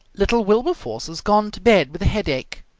little wilberforce has gone to bed with a headache.